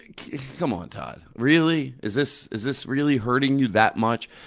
come on, todd. really? is this is this really hurting you that much?